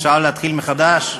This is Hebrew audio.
אפשר להתחיל מחדש?